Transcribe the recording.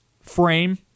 frame